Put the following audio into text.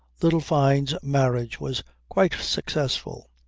little fyne's marriage was quite successful.